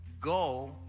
Go